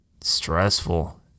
stressful